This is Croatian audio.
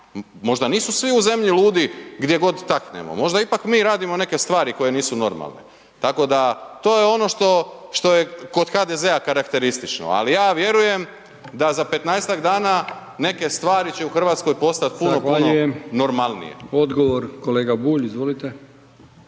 možda nisu svi u zemlji ludi gdje god taknemo, možda ipak mi radimo neke stvari koje nisu normalne, tako da, to je ono što, što je kod HDZ-a karakteristično, ali ja vjerujem da za 15-tak dana neke stvari će u RH postat …/Upadica: Zahvaljujem/…puno, puno